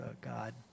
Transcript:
God